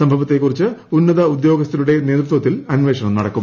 സംഭവത്തെക്കുറിച്ച് ഉന്നത ഉദ്യോഗസ്ഥരുടെ നേതൃത്വത്തിൽ അന്വേഷണം നടക്കും